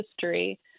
history